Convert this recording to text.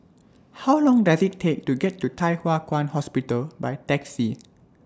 How Long Does IT Take to get to Thye Hua Kwan Hospital By Taxi